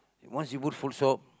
once you put full stop